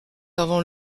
avant